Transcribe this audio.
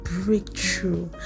breakthrough